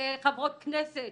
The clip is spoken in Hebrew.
כחברות כנסת